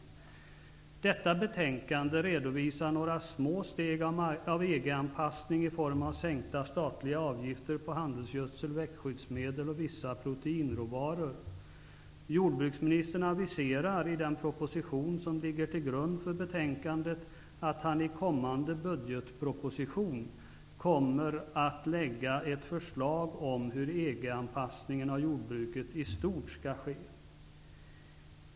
I detta betänkande redovisas några små steg av EG-anpassning i form av sänkta statliga avgifter på handelsgödsel, växtskyddsmedel och vissa proteinråvaror. Jordbruksministern avviserar i den proposition som ligger till grund för betänkandet att han i kommande budgetproposition kommer att lägga ett förslag om hur EG-anpassningen av jordbruket i stort skall ske.